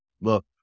look